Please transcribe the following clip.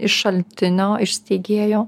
iš šaltinio iš steigėjo